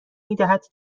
میدهد